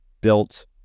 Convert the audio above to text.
built